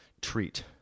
treat